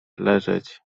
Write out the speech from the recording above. leżeć